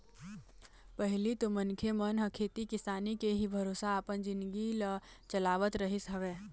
पहिली तो मनखे मन ह खेती किसानी के ही भरोसा अपन जिनगी ल चलावत रहिस हवय